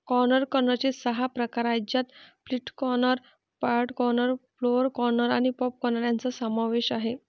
corn कर्नलचे सहा प्रकार आहेत ज्यात flint corn, pod corn, flour corn आणि पॉप कॉर्न यांचा समावेश आहे